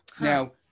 Now